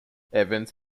evans